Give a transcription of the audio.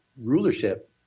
rulership